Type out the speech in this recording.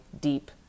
deep